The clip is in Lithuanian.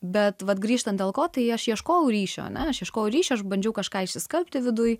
bet vat grįžtant dėl ko tai aš ieškojau ryšio ane aš ieškojau ryšio aš bandžiau kažką išsiskalbti viduj